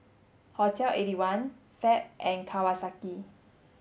Hotel eighty one Fab and Kawasaki